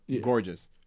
gorgeous